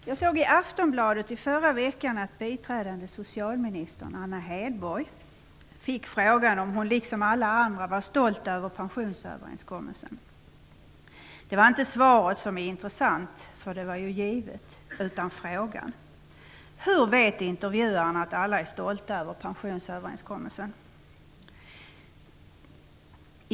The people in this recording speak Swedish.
Fru talman! Jag såg i Aftonbladet i förra veckan att biträdande socialministern Anna Hedborg fick frågan om hon liksom alla andra var stolt över pensionsöverenskommelsen. Det är inte svaret som är intressant, för det var ju givet, utan frågan. Hur vet intervjuaren att alla är stolta över pensionsöverenskommelsen?